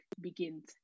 begins